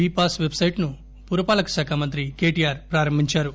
బీపాస్ పెబ్సైట్ను పురపాలక శాఖ మంత్రి కేటీఆర్ ప్రారంభించారు